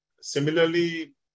similarly